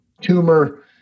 tumor